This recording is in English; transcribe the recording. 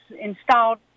installed